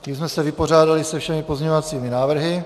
Tím jsme se vypořádali se všemi pozměňovacími návrhy.